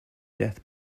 death